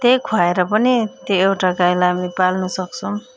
त्यही खुवाएर पनि त्यो एउटा गाईलाई हामी पाल्न सक्छौँ